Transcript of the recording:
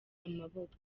amaboko